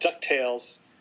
DuckTales